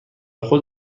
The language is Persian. خود